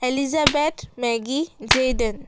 Elizabeth Maggie জে'ডন